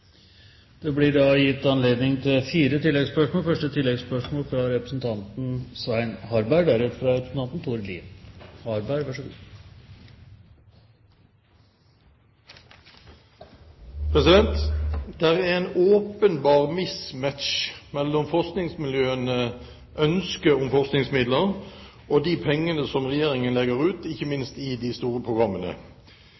Det blir gitt anledning til fire oppfølgingsspørsmål – først Svein Harberg. Det er en åpenbar mismatch mellom forskningsmiljøenes ønske om forskningsmidler og de pengene som Regjeringen legger ut, ikke